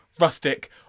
rustic